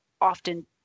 often